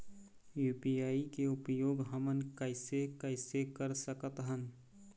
UPI के उपयोग हमन कैसे कैसे कर सकत हन?